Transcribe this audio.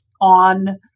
on